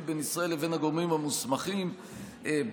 בין ישראל לבין הגורמים המוסמכים ברשות.